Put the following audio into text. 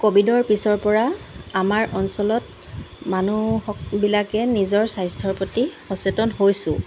ক'ভিডৰ পিছৰপৰা আমাৰ আঞ্চলত মানুহবিলাকে নিজৰ স্বাস্থ্য প্ৰতি সচেতন হৈছোঁ